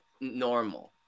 normal